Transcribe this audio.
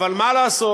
אבל מה לעשות,